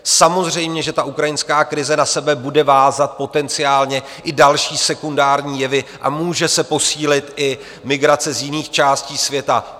Samozřejmě že ukrajinská krize na sebe bude vázat potenciálně i další sekundární jevy a může se posílit i migrace z jiných částí světa.